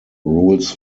rules